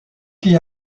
qui